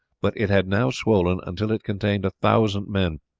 but it had now swollen until it contained a thousand men,